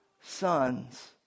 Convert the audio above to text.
sons